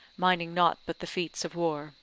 minding nought but the feats of war.